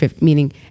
meaning